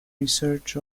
research